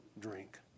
drink